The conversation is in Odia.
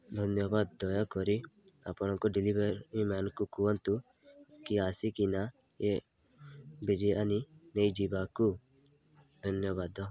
ଧନ୍ୟବାଦ ଦୟାକରି ଆପଣଙ୍କ ଡେଲିଭରି ମ୍ୟାନ୍କୁ କୁହନ୍ତୁ କି ଆସିକିନା ଏ ବିରିୟାନୀ ନେଇଯିବାକୁ ଧନ୍ୟବାଦ